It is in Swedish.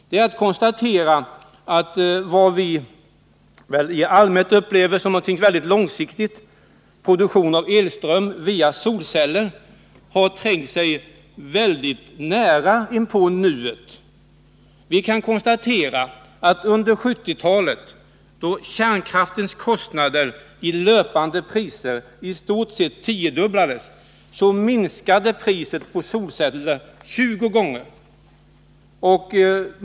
Man kan konstatera att vad vi i allmänhet upplever som något mycket långsiktigt, produktionen av elström via solceller, har trängt sig mycket nära inpå nuet. Vi kan konstatera att under 1970-talet, då kärnkraftens kostnader i löpande priser i stort sett tiodubblades, minskades priset på solceller tjugo gånger.